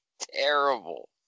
terrible